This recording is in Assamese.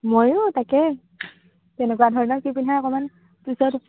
ময়ো তাকে তেনেকুৱা ধৰণৰ কি পিন্ধে অকণমান পিছত